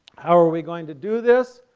how are we going to do this?